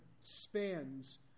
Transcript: spans